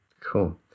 Cool